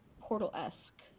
portal-esque